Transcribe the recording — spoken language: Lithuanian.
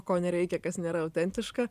ko nereikia kas nėra autentiška